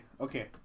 okay